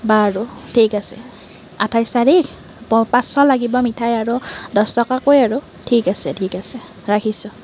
বাৰু ঠিক আছে আঠাইছ তাৰিখ প পাঁচশ লাগিব মিঠাই আৰু দছ টকাকৈ আৰু ঠিক আছে ঠিক আছে ৰাখিছোঁ